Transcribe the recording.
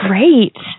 Great